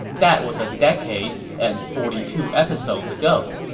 that was a decade and forty two episodes ago.